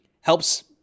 helps